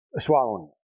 Swallowing